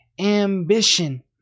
ambition